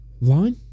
line